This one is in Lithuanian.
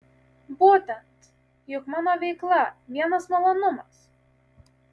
būtent juk mano veikla vienas malonumas